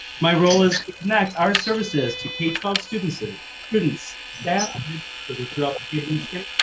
my role is max our services to k twelve students. and students that grew up in michigan.